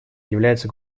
является